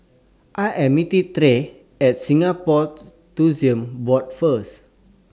I Am meeting Tre At Singapore Tourism Board First